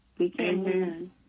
Amen